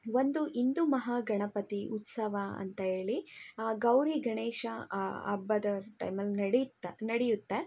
ಒಂದು ಹಿಂದೂ ಮಹಾಗಣಪತಿ ಉತ್ಸವ ಅಂತ ಹೇಳಿ ಆ ಗೌರಿ ಗಣೇಶ ಹಬ್ಬದ ಟೈಮಲ್ಲಿ ನಡಿತ್ತ ನಡೆಯುತ್ತೆ